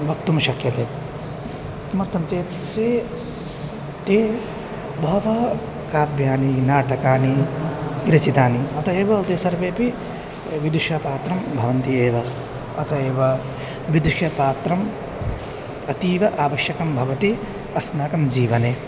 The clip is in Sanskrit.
वक्तुं शक्यते किमर्तं चेत् से ते बहवः काव्यानि नाटकानि विरचितानि अतः एव ते सर्वेपि विदुषपात्रं भवन्ति एव अत एव विदुषपात्रम् अतीव आवश्यकं भवति अस्माकं जीवने